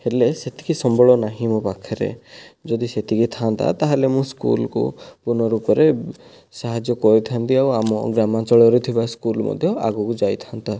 ହେଲେ ସେତିକି ସମ୍ବଳ ନାହିଁ ମୋ ପାଖରେ ଯଦି ସେତିକି ଥାଆନ୍ତା ତାହେଲେ ମୁଁ ସ୍କୁଲକୁ ପୂର୍ଣ୍ଣ ରୂପରେ ସାହାଯ୍ୟ କରିଥାନ୍ତି ଆଉ ଆମ ଗ୍ରାମାଞ୍ଚଳରେ ଥିବା ସ୍କୁଲ ମଧ୍ୟ ଆଗକୁ ଯାଇଥାନ୍ତା